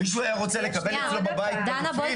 מישהו היה רוצה לקבל אצלו בבית פדופיל?